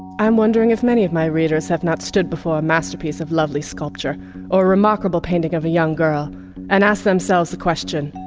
i'm wondering if many of my readers have not stood before a masterpiece of lovely sculpture or remarkable painting of a young girl and asked themselves the question.